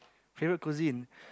favorite cuisine